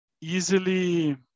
easily